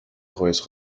rolls